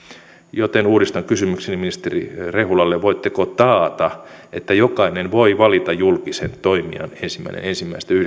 joten uudistan kysymykseni ministeri rehulalle voitteko taata että jokainen voi valita julkisen toimijan ensimmäinen ensimmäistä